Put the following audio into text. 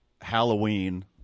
Halloween